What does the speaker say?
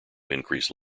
increase